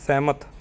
ਸਹਿਮਤ